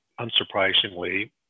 unsurprisingly